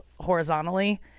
horizontally